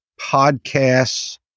podcasts